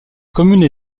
commune